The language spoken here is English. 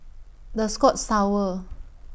The Scotts Tower